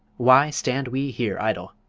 why stand we here idle?